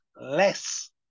less